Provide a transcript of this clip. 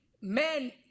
men